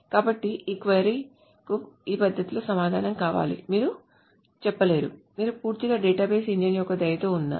కాబట్టి ఈ క్వరీ కు ఈ పద్ధతిలో సమాధానం కావాలని మీరు చెప్పలేరు మీరు పూర్తిగా డేటాబేస్ ఇంజిన్ యొక్క దయతో ఉన్నారు